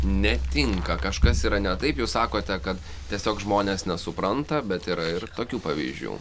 netinka kažkas yra ne taip jūs sakote kad tiesiog žmonės nesupranta bet yra ir tokių pavyzdžių